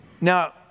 Now